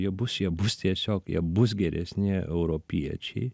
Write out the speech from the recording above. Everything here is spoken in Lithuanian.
jie bus jie bus tiesiog jie bus geresni europiečiai